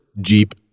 Jeep